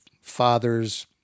fathers